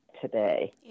today